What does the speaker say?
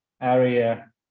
area